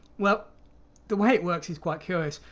well the way it works is quite curious,